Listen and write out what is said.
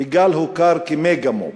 מיג"ל הוכר כמגה-מו"פ.